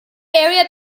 area